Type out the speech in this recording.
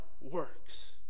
works